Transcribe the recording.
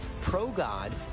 pro-God